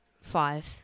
Five